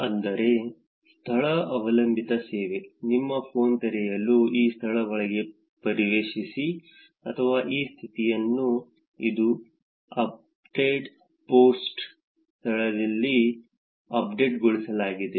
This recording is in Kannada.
ಅಂದರೆ ಸ್ಥಳ ಅವಲಂಬಿತ ಸೇವೆ ನಿಮ್ಮ ಫೋನ್ ತೆರೆಯಲು ಈ ಸ್ಥಳ ಒಳಗೆ ಪರಿಶೀಲಿಸಿ ಅಥವಾ ಈ ಸ್ಥಿತಿಯನ್ನು ಇದು ಅಪ್ಡೇಟ್ ಪೋಸ್ಟ್ ಸ್ಥಳದಲ್ಲಿಅಪ್ಡೇಟ್ಗೊಳಿಸಲಾಗಿದೆ